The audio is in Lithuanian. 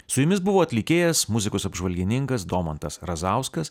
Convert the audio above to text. su jumis buvo atlikėjas muzikos apžvalgininkas domantas razauskas